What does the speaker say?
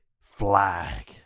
flag